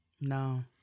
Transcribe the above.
No